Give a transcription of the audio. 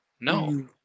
No